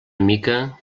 mica